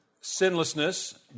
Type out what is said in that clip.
sinlessness